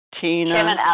Tina